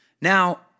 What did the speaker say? Now